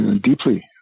deeply